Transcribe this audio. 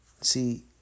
See